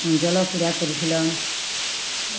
জল ক্রিড়া করেছিলাম